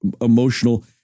emotional